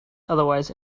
otherwise